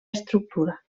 estructura